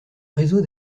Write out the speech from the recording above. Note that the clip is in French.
réseau